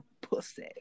pussy